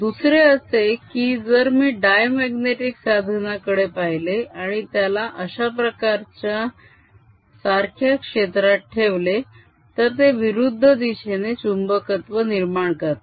दुसरे असे की जर मी डायमाग्नेटीक साधनाकडे पाहिले आणि त्याला अशा प्रकारच्या सारख्या क्षेत्रात ठेवले तर ते विरुद्ध दिशेने चुंबकत्व निर्माण करते